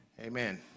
Amen